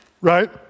Right